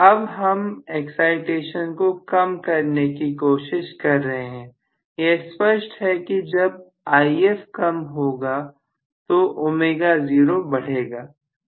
अब हम एक्साइटेशन को कम करने की कोशिश कर रहे हैं यह स्पष्ट है कि जब If कम होगा तो ω0 बढ़ेगा